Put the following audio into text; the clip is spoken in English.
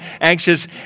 anxious